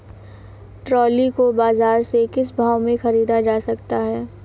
Trolley को बाजार से किस भाव में ख़रीदा जा सकता है?